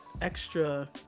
extra